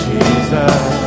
Jesus